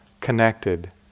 connected